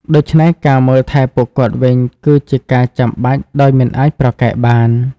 ដូច្នេះ ការមើលថែពួកគាត់វិញ គឺជាការចាំបាច់ដោយមិនអាចប្រកែកបាន។